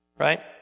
Right